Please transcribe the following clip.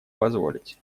позволить